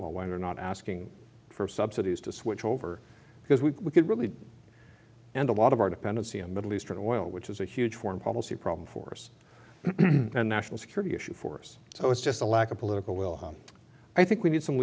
cantwell when they're not asking for subsidies to switch over because we could really and a lot of our dependency on middle eastern oil which is a huge foreign policy problem force and national security issue for us so it's just a lack of political will i think we need some